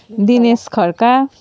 Dinesh Khadka